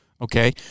Okay